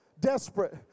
desperate